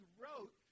wrote